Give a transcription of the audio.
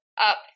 up